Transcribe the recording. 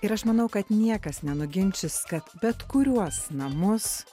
ir aš manau kad niekas nenuginčys kad bet kuriuos namus